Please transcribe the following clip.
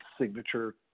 signature